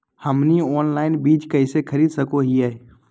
हमनी ऑनलाइन बीज कइसे खरीद सको हीयइ?